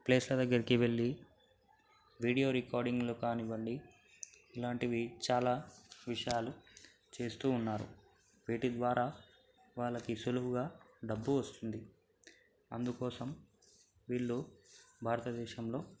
ప్లేస్ల దగ్గరికి వెళ్ళి వీడియో రికార్డింగ్లు కానివ్వండి ఇలాంటివి చాలా విషయాలు చేస్తూ ఉన్నారు వీటి ద్వారా వాళ్ళకి సులువుగా డబ్బు వస్తుంది అందుకోసం వీళ్ళు భారతదేశంలో